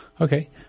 Okay